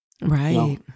Right